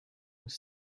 was